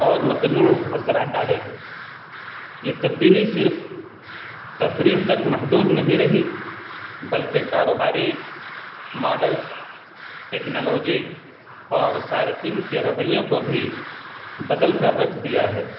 اور متنوع اثرات ڈالے ہیں یہ تبدیلی صرف تفریح تک محدود نہیں رہی بلکہ کاروباری ماڈلس ٹیکنالوجی اور صارفین کے رویوں کو بھی بدل کر رکھ دیا ہے